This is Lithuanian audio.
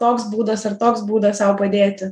toks būdas ar toks būdas sau padėti